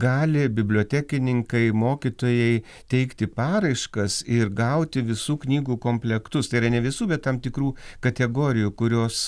gali bibliotekininkai mokytojai teikti paraiškas ir gauti visų knygų komplektus tai yra ne visų bet tam tikrų kategorijų kurios